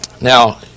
Now